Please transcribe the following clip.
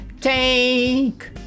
Take